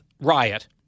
riot